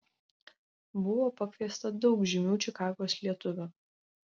buvo pakviesta daug žymių čikagos lietuvių